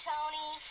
Tony